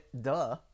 Duh